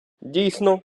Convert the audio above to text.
дійсно